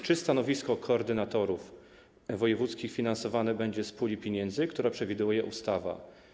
Czy stanowisko koordynatorów wojewódzkich finansowane będzie z puli pieniędzy, którą przewiduje ustawa?